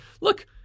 look